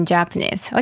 Japanese